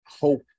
hope